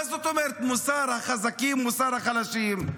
מה זאת אומרת מוסר החזקים, מוסר החלשים?